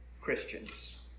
Christians